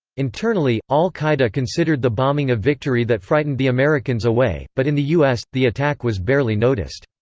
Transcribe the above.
internally, al-qaeda considered the bombing a victory that frightened the americans away, but in the us, the attack was barely noticed.